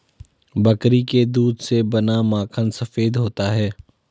बकरी के दूध से बना माखन सफेद होता है